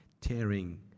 tearing